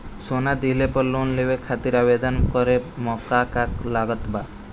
सोना दिहले पर लोन लेवे खातिर आवेदन करे म का का लगा तऽ?